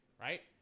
right